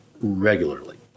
regularly